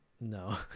No